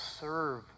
serve